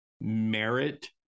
merit